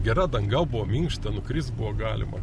gera danga buvo minkšta nukrist buvo galima